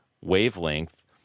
wavelength